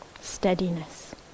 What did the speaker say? steadiness